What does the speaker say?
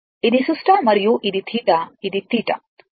ఇది సుష్ట మరియు ఇది θ ఇది θ